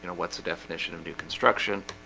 what's the definition of new construction?